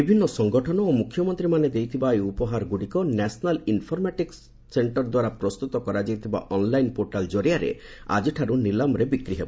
ବିଭିନ୍ନ ସଂଗଠନ ଓ ମୁଖ୍ୟମନ୍ତ୍ରୀମାନେ ଦେଇଥିବା ଏହି ଉପହାରଗୁଡ଼ିକ ନ୍ୟାସନାଲ୍ ଇନ୍ଫରମାଟିକୁ ଦ୍ୱାରା ପ୍ରସ୍ତୁତ କରାଯାଇଥିବା ଅନ୍ଲାଇନ୍ ପୋର୍ଟାଲ୍ ଜରିଆରେ ଆଜିଠାରୁ ନିଲାମରେ ବିକ୍ରି ହେବ